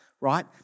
right